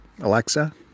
Alexa